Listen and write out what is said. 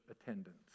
attendance